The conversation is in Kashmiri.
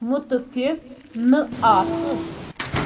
مُتفِف نہَ آسُن